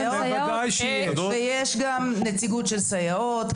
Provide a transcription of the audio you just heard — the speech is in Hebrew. ויש גם נציגות של סייעות.